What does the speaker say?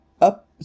up